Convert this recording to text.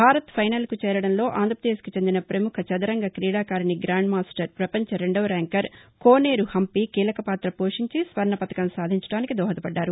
భారత్ పైనల్కు చేరదంలో ఆంధ్రప్రదేశ్కు చెందిన ప్రముఖ చదరంగ క్రీడాకారిణి గ్రాండ్ మాస్టర్ ప్రపంచ రెండవ ర్యాంకర్ కోనేరు హంపి కీలకపాత్ర పోషించి స్వర్ణపతకం సాధించడానికి దోహదపడ్దారు